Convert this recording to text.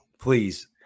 please